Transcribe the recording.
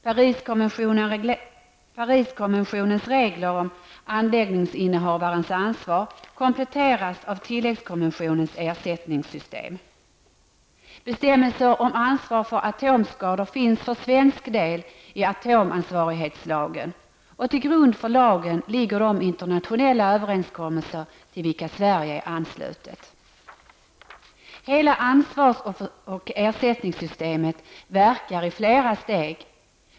Pariskonventionens regler om anläggningsinnehavarens ansvar kompletteras av tilläggskonventionens ersättningssystem. Bestämmelser om ansvar för atomskador finns för svensk del i atomansvarighetslagen, och till grund för lagen ligger de internationella överenskommelser till vilka Sverige är anslutet. Hela ansvars och ersättningssystemet verkar i flera steg.